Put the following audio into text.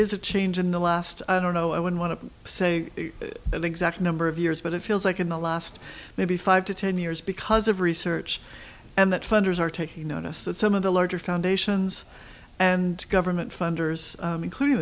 is a change in the last i don't know i would want to say the exact number of years but it feels like in the last maybe five to ten years because of research and that funders are taking notice that some of the larger foundations and government funders including